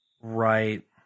Right